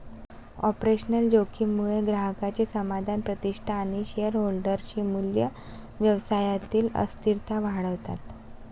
operational जोखीम मुळे ग्राहकांचे समाधान, प्रतिष्ठा आणि शेअरहोल्डर चे मूल्य, व्यवसायातील अस्थिरता वाढतात